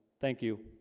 thank you.